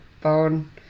phone